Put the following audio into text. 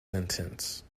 sentence